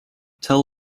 tell